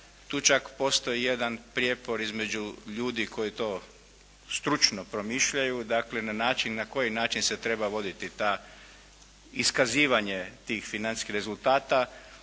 tu čak postoji jedan prijepor između ljudi koji to stručno promišljaju dakle na koji način se treba voditi iskazivanje tih financijskih rezultata.